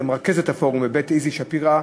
למרכזת הפורום מ"בית איזי שפירא",